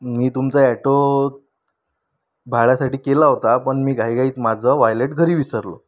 मी तुमचा अॅटो भाड्यासाठी केला होता पण मी घाईघाईत माझं वॅलेट घरी विसरलो